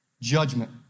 judgment